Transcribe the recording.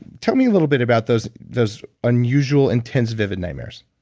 tell me a little bit about those those unusual, intense, vivid nightmares?